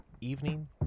evening